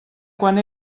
quan